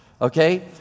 Okay